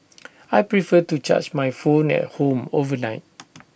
I prefer to charge my phone at home overnight